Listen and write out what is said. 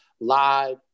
live